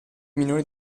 minori